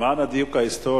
למען הדיוק ההיסטורי,